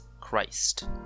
Christ